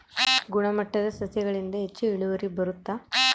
ಗುಣಮಟ್ಟ ಸಸಿಗಳಿಂದ ಹೆಚ್ಚು ಇಳುವರಿ ಬರುತ್ತಾ?